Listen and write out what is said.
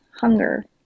hunger